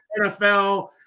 NFL